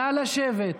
נא לשבת.